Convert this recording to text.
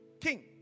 king